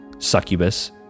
Succubus